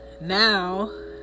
now